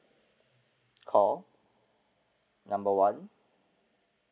call number one